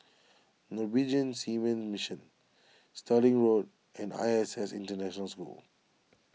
Norwegian Seamen's Mission Stirling Road and I S S International School